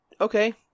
okay